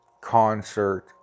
concert